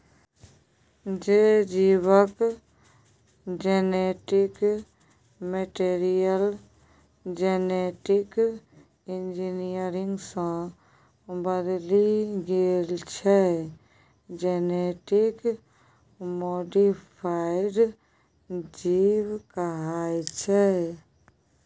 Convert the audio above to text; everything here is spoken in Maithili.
जे जीबक जेनेटिक मैटीरियल जेनेटिक इंजीनियरिंग सँ बदलि गेल छै जेनेटिक मोडीफाइड जीब कहाइ छै